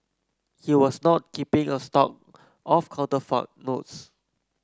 he was not keeping a stock of counterfeit notes